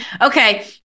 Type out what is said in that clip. okay